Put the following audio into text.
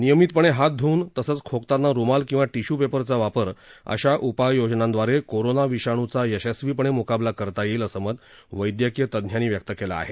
नियमितपणे हात धुवून तसच खोकताना रुमाल किंवा टिश्यू पेपरचा वापर अशा उपाययोजनांद्वारे कोरोना विषाणूचा यशस्वीपणे मुकाबला करता येईल असं मत वैद्यकीय तज्ञांनी व्यक्त केलं आहे